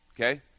okay